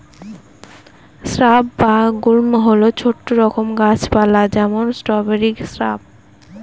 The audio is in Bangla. স্রাব বা গুল্ম হল ছোট রকম গাছ পালা যেমন স্ট্রবেরি শ্রাব